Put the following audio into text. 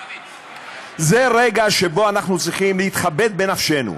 זה רגע שבו אנחנו צריכים להתחבט בנפשנו.